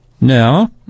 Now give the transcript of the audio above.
Now